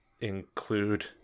include